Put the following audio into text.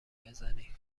بزنی